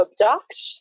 abduct